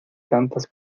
tantas